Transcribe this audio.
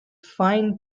fine